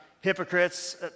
hypocrites